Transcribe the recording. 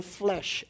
flesh